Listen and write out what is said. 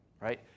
right